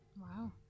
Wow